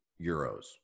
euros